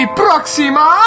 próxima